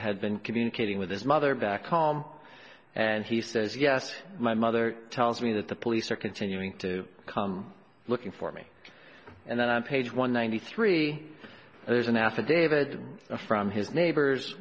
had been communicating with his mother back home and he says yes my mother tells me that the police are continuing to come looking for me and then i'm page one ninety three and there's an affidavit from his neighbors